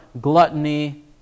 gluttony